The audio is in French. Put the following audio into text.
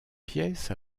pièces